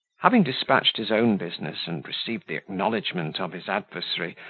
having despatched his own business, and received the acknowledgment of his adversary